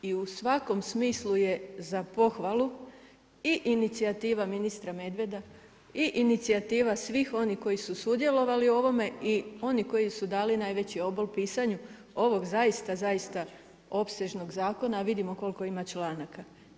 I u svakom smislu je za pohvalu i inicijativa ministra Medveda i inicijativa svih onih koji su sudjelovali u ovome i oni koji su dali najveći obol pisanju ovog zaista, zaista opsežnog zakona, a vidimo koliko ima članaka.